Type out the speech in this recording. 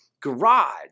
garage